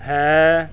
ਹੈ